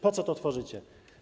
Po co to tworzycie?